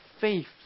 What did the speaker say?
faith